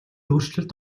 өөрчлөлт